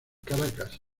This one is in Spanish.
caracas